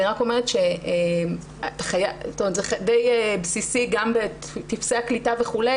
אני רק אומרת שזה די בסיסי גם בטפסי הקליטה וכו',